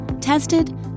Tested